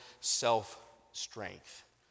self-strength